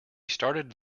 started